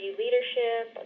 leadership